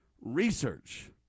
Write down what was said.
research